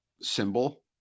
symbol